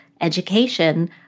education